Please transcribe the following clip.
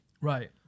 right